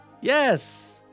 Yes